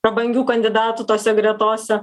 prabangių kandidatų tose gretose